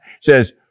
says